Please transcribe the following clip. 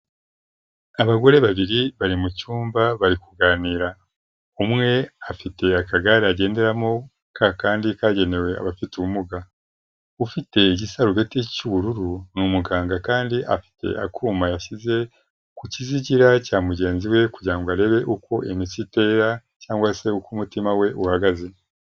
Abagore babiri bari mu cyumba bari kuganira, umwe afite akagare agenderamo ka kandi kagenewe abafite ubumuga, ufite igisarubeti cy'ubururu ni umuganga kandi afite akuma yashyize ku kizigira cya mugenzi we kugira ngo arebe uko iyo mitsi itera cyangwa se uko umutima we uhagaze.